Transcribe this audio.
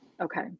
Okay